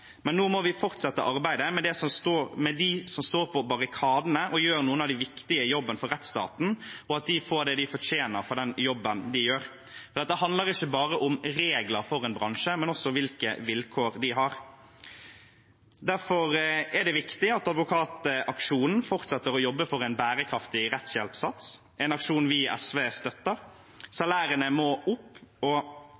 Men nå må vi fortsette arbeidet med dem som står på barrikadene og gjør noen av de viktige jobbene for rettsstaten, og sørge for at de får det de fortjener, for den jobben de gjør. Dette handler ikke bare om regler for en bransje, men også om hvilke vilkår de har. Derfor er det viktig at Advokataksjonen fortsetter å jobbe for en bærekraftig rettshjelpssats – en aksjon vi i SV støtter.